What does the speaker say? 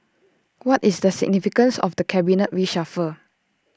what is the significance of the cabinet reshuffle